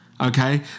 Okay